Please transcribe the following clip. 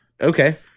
Okay